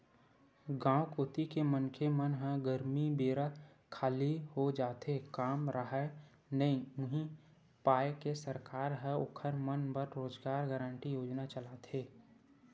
गाँव कोती के मनखे मन ह गरमी बेरा खाली हो जाथे काम राहय नइ उहीं पाय के सरकार ह ओखर मन बर रोजगार गांरटी योजना चलाथे